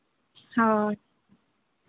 ᱦᱳᱭ